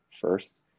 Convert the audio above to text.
first